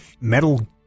metal